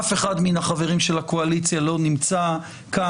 אף אחד מן החברים של הקואליציה לא נמצא כאן.